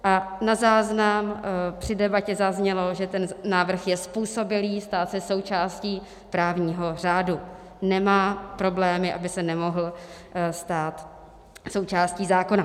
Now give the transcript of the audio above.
A na záznam při debatě zaznělo, že ten návrh je způsobilý stát se součástí právního řádu, nemá problémy, aby se nemohl stát součástí zákona.